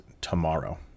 tomorrow